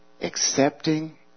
Accepting